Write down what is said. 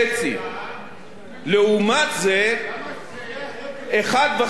למה שלא תקצץ בהוצאות